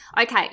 Okay